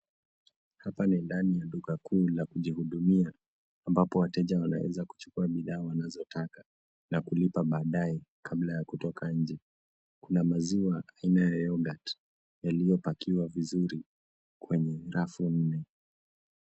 Hapa ni ndani ya duka kuu la kujihudumia ambapo wateja wanaweza kuchukua bidhaa wanazotaka na kulipa baadaye kabla ya kutoka nje na maziwa aina ya [cs ] yhogut [cs ] yaliyo pakiwa vizuri kwenye rafu .